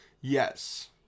Yes